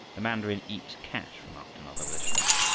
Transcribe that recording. the mandarin eats cash, remarked another with a shrug.